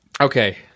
Okay